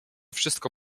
wszystko